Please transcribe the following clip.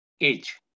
age